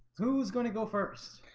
who's gonna go first?